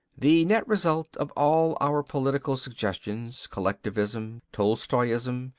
the net result of all our political suggestions, collectivism, tolstoyanism,